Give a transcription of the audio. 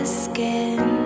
skin